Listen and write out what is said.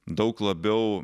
daug labiau